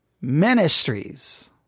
Ministries